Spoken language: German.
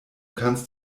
kannst